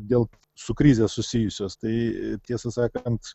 dėl su krize susijusios tai tiesą sakant